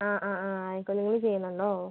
അ അ ആ ആയിക്കോളു നിങ്ങൾ ചെയ്യുന്നുണ്ടോ